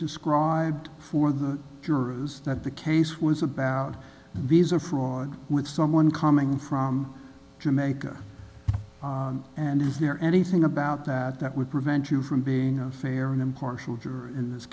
described for the jurors that the case was about bees or fraud with someone coming from jamaica and is there anything about that that would prevent you from being a fair and impartial jury in this